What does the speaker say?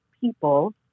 people